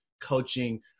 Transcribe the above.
coaching